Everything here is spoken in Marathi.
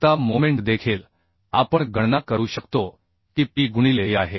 आता मोमेंट देखील आपण गणना करू शकतो की P गुणिले E आहे